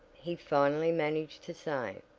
he finally managed to say.